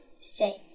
say